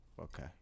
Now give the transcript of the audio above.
Okay